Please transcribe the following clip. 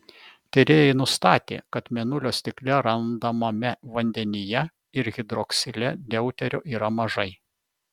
tyrėjai nustatė kad mėnulio stikle randamame vandenyje ir hidroksile deuterio yra mažai